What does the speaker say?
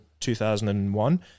2001